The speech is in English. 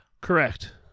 Correct